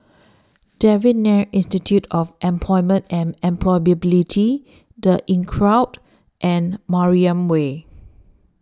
Devan Nair Institute of Employment and Employability The Inncrowd and Mariam Way